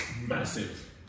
Massive